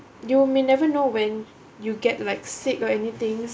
you may never know when you get like sick or anything